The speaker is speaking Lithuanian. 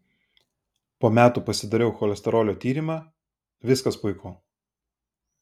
po metų pasidariau cholesterolio tyrimą viskas puiku